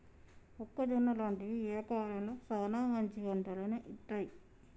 మొక్కజొన్న లాంటివి ఏ కాలంలో సానా మంచి పంటను ఇత్తయ్?